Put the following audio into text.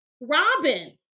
Robin